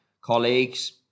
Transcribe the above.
colleagues